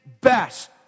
best